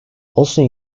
also